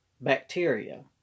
Bacteria